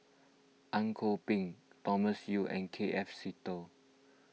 Ang Kok Peng Thomas Yeo and K F Seetoh